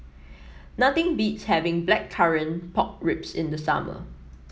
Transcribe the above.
nothing beats having Blackcurrant Pork Ribs in the summer